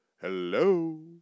Hello